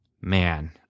man